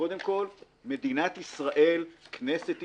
קודם כול, מדינת ישראל, כנסת ישראל,